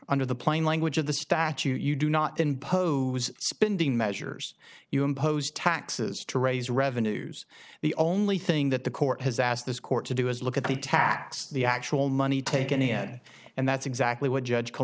under the plain language of the statute you do not impose spending measures you impose taxes to raise revenues the only thing that the court has asked this court to do is look at the tax the actual money taken in and that's exactly what judge co